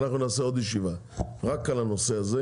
אנחנו נעשה עוד ישיבה רק על הנושא הזה,